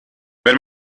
wenn